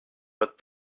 but